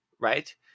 right